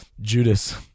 Judas